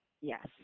Yes